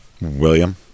William